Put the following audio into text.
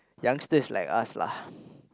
youngsters like us lah